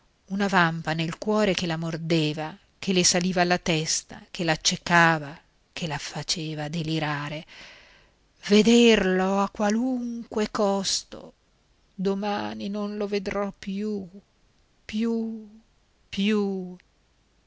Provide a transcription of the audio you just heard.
una vampa nel cuore che la mordeva che le saliva alla testa che l'accecava che la faceva delirare vederlo a qualunque costo domani non lo vedrò più più più